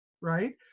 right